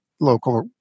local